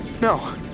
No